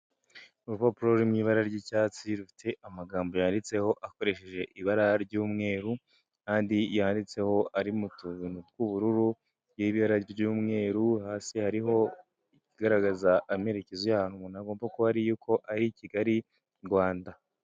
Urupapuro ruri mu ibara ry'icyatsi, rufite amagambo yanditseho akoresheje ibara ry'umweru n'andi yanditseho ari mu tuntu tw'ubururu n'ibara ry'umweru, hasi hariho ikigaragaza amerekezo y'ahantu umuntu agomba kuba ari y'uko Kigali, Rwanda.